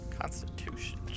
constitution